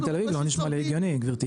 תל אביב לא נשמע לי הגיוני גברתי.